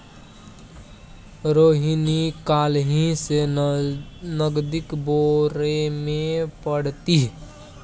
रोहिणी काल्हि सँ नगदीक बारेमे पढ़तीह